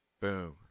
boom